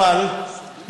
אבל,